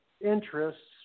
interests